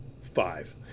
Five